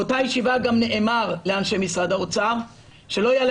באותה ישיבה גם נאמר לאנשי משרד האוצר שלא יעלה